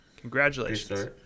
Congratulations